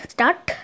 Start